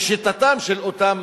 לשיטתם של אותם